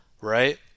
right